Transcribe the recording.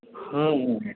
हँ